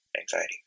anxiety